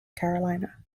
carolina